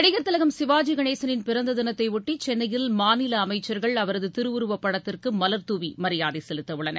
நடிகர் திலகம் சிவாஜிகணேசனின் பிறந்ததினத்தையொட்டிசென்னையில் மாநிலஅமைச்சர்கள் அவரதுதிருவுருவப் படத்திற்குமலர்தூவிமரியாதைசெலுத்தஉள்ளனர்